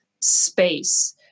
space